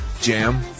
Jam